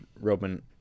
Roman